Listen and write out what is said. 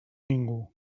ningú